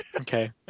Okay